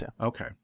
Okay